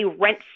rent